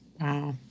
Wow